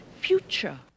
future